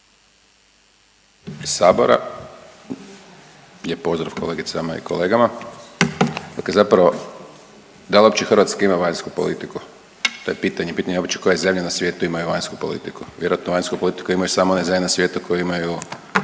sabora, lijep pozdrav kolegicama i kolegama, dakle zapravo da li uopće Hrvatska ima vanjsku politiku? To je pitanje, pitanje uopće koje zemlje na svijetu imaju vanjsku politiku? Vjerojatno vanjsku politiku imaju samo one zemlje na svijetu koje imaju